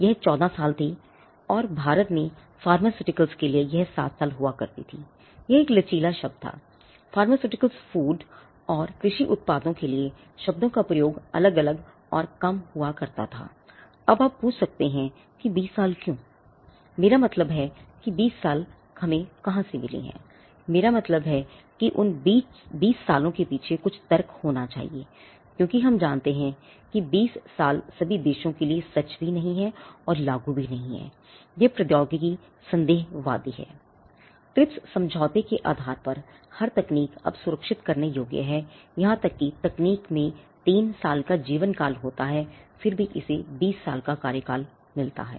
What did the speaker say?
यह 14 साल थी और भारत में फार्मास्यूटिकल्स समझौते के आधार पर हर तकनीक अब सुरक्षित करने योग्य है यहाँ तक कि तकनीक में 3 साल का जीवन काल होता है फिर भी इसे 20 साल का कार्यकाल मिलता है